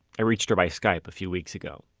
i reached her by skype a few weeks ago.